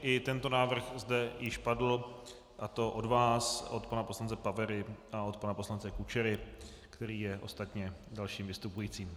I tento návrh zde již padl, a to od vás, od pana poslance Pavery a od pana poslance Kučery, který je ostatně dalším vystupujícím.